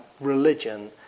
religion